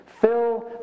Fill